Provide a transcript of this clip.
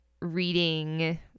reading